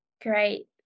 Great